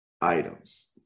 items